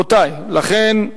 לכן,